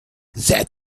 that